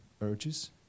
urges